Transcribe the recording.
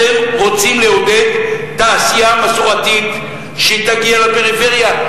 אתם רוצים לעודד תעשייה מסורתית שתגיע לפריפריה.